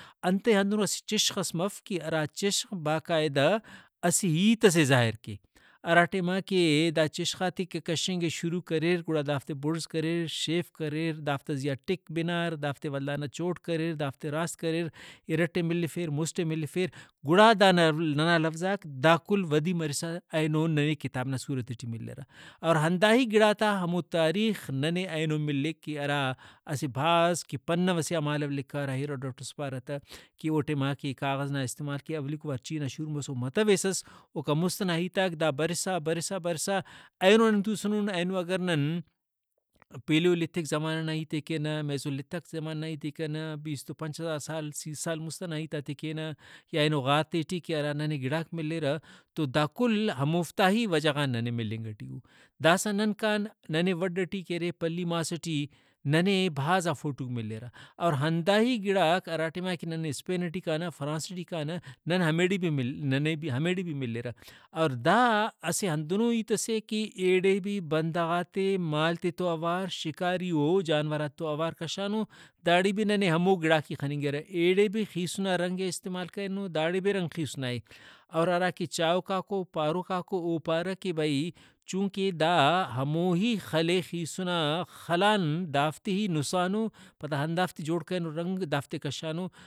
انتئے ہندنو اسہ چشخ ئس مف ہرا چشخ باقاعدہ اسہ ہیتسے ظاہر کے ہرا ٹائما کہ دا چشخاتے کہ کشنگے شروع کریر گڑا دافتے بڑز کریر شیف کریر دافتا زیہا ٹک بنار دافتے ولدانا چوٹ کریر دافتے راست کریر اِرٹ ئے ملفیر مُسٹ ئے ملفیر گڑا دا نا ننا لوظاک دا کل ودی مرسا اینو ننے کتاب نا صورت ٹی ملرہ اور ہندا ہی گڑا تا ہمو تاریخ ننے اینو ملک کہ ہرا اسہ بھاز کہ پنو ئسے آ مہالو لکھارہ ہیروڈوٹس پارہ تہ کہ او ٹائما کہ کاغذ نا استعمال کہ اولیکو وارچینا شروع مست متویسس اوکان مست ئنا ہیتاک دا برسا برسا برسا اینو نن توسنن اینو اگر نن پیلولتک زمانہ نا ہیتے کینہ میسو لیتک زمانہ نا ہیتے کینہ بیستُ پنچ ہزار سال سی سال مُست ئنا ہیتاتے کینہ یا اینو غارتے ٹی کہ ہرا ننے گڑاک ملرہ تو دا کل ہموفتا ہی وجہ غان ننے مِلنگ ٹی او۔ داسہ نن کانہ ننے وڈھ ٹی کہ ارے پلی ماس ٹی ننے بھازا فوٹوک ملرہ اور ہنداہی گڑاک ہرا ٹائما کہ نن اسپین ٹی کانہ فرانس ٹی کانہ نن ہمیڑے بھی مل ننے بھی ہمیڑے بھی ملرہ اور دا اسہ ہندنو ہیت سے کہ ایڑے بھی بندغاتے مال تے تو اوار شکاریئو جانوراتو اوار کشانو داڑے بھی ننے ہمو گڑاک خننگرہ ایڑے بھی خیسُنا رنگےاستعمال کرنو داڑے بھی رنگ خیسُنائے اور ہراکہ چاہوکاکو پاروکاکو او پارہ کہ بھئی چونکہ دا ہموہی خل اے خیسنا خلان دافتے ہی نُسانو پدا ہندافتے جوڑ کرینو رنگ دافتے کشانو